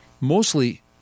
mostly